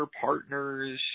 partners